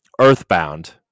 Earthbound